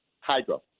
hydro